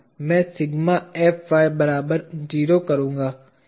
मैं sigma Fy बराबर 0 करूँगा